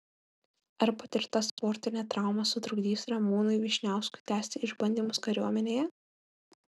ar patirta sportinė trauma sutrukdys ramūnui vyšniauskui tęsti išbandymus kariuomenėje